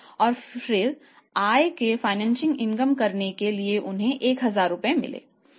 तो कुल राशि रु 13000 हो गए